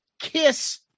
Kiss